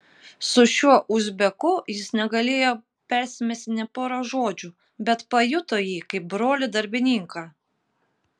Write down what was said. su šiuo uzbeku jis negalėjo persimesti nė pora žodžių bet pajuto jį kaip brolį darbininką